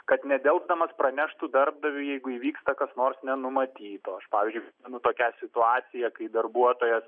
kad nedelsdamas praneštų darbdaviui jeigu įvyksta kas nors nenumatyto aš pavyzdžiui menu tokią situaciją kai darbuotojas